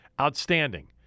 Outstanding